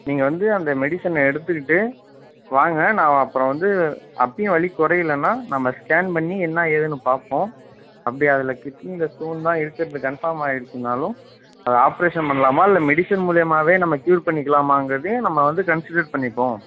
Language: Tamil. நீங்கள் வந்து அந்த மெடிசனை எடுத்துக்கிட்டு வாங்க நான் அப்புறம் வந்து அப்பயும் வலி குறையலனா நம்ம ஸ்கேன் பண்ணி என்ன ஏதுன்னு பார்ப்போம் அப்படி அதில் கிட்னியில ஸ்டோன் தான் இருக்கிறது கன்ஃபார்ம் ஆய்டுச்சுனாலும் அதை ஆப்ரேஷன் பண்ணலாமா இல்லை மெடிசன் மூலியமாகவே நம்ம க்யூர் பண்ணிக்கலாமாங்கிறதையும் நம்ம வந்து கன்சிடர் பண்ணிப்போம்